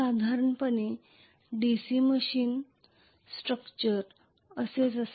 साधारणपणे DC machine structure असेच असते